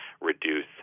reduce